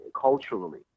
culturally